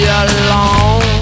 alone